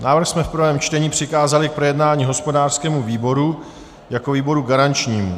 Návrh jsme v prvém čtení přikázali k projednání hospodářskému výboru jako výboru garančnímu.